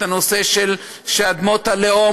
את הנושא שאדמות הלאום,